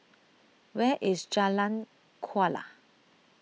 where is Jalan Kuala